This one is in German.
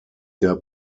der